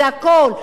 זה הכול.